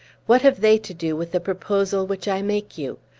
what have they to do with the proposal which i make you?